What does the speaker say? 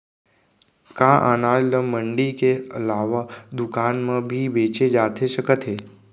का अनाज ल मंडी के अलावा दुकान म भी बेचे जाथे सकत हे?